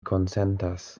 konsentas